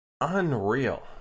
unreal